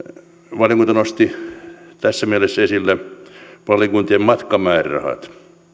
valiokunta nosti tässä mielessä esille valiokuntien matkamäärärahat